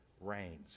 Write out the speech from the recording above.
reigns